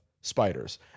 spiders